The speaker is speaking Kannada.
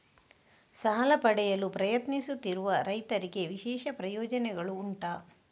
ಸಾಲ ಪಡೆಯಲು ಪ್ರಯತ್ನಿಸುತ್ತಿರುವ ರೈತರಿಗೆ ವಿಶೇಷ ಪ್ರಯೋಜನೆಗಳು ಉಂಟಾ?